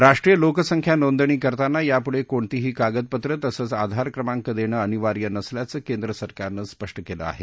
राष्ट्रीय लोकसंख्या नोंदणी करताना यापुढे कोणतीही कागदपत्रे तसंच आधार क्रमांक देणं अनिवार्य नसल्याचं केंद्र सरकारनं स्पष्ट केलं आहे